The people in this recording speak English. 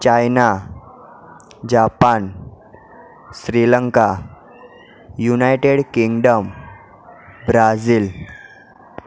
China Japan Sri Lanka United Kingdom Brazil